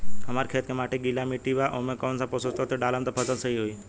हमार खेत के माटी गीली मिट्टी बा ओमे कौन सा पोशक तत्व डालम त फसल सही होई?